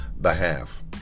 behalf